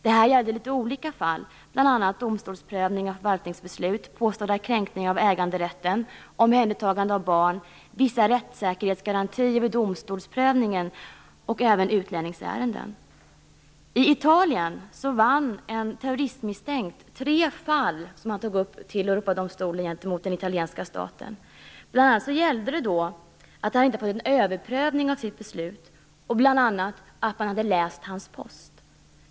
Det gällde litet olika fall, bl.a. domstolsprövning av förvaltningsbeslut, påstådda kränkningar av äganderätten, omhändertagande av barn, vissa rättsäkerhetsgarantier vid domstolsprövningen och även utlänningsärenden. I Italien vann en terroristmisstänkt i tre fall mot italienska staten som togs upp i Europadomstolen. Bl.a. gällde det att han inte fått någon överprövning av sitt beslut och att man hade läst hans post.